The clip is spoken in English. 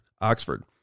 Oxford